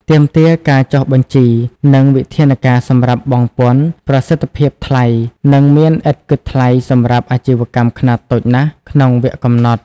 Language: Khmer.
ទាមទារការចុះបញ្ជី និងវិធានការសំរាប់បង់ពន្ធ ប្រសិទ្ធភាពថ្លៃនឹងអាចនិម្មិត និងមានឥតគិតថ្លៃសម្រាប់អាជីវកម្មខ្នាតតូចណាស់ក្នុងវគ្គកំណត់។